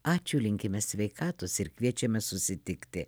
ačiū linkime sveikatos ir kviečiame susitikti